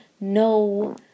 no